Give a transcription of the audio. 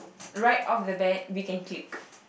write of the bet we can clique